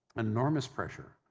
enormous pressure.